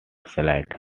slide